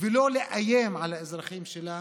ולא תאיים על האזרחים שלה